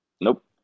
nope